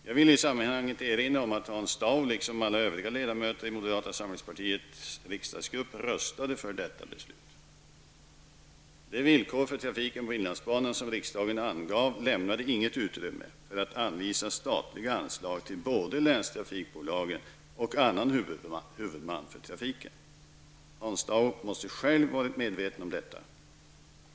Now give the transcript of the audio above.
Jag vill i sammanhanget erinra om att Hans Dau liksom alla övriga ledamöter i moderata samlingspartiets riksdagsgrupp röstade för detta beslut. De villkor för trafiken på inlandsbanan som riksdagen angav lämnade inget utrymme för att anvisa statliga anslag till både länstrafikbolagen och annan huvudman för trafiken. Hans Dau måste själv ha varit medveten om detta.